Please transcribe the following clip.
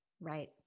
Right